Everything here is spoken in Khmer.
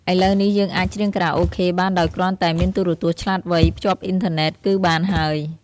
ឥឡូវនេះយើងអាចច្រៀងខារ៉ាអូខេបានដោយគ្រាន់តែមានទូរទស្សន៍ឆ្លាតវៃ ភ្ជាប់អ៊ីនធឺណិតគឺបានហើយ។